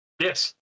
Yes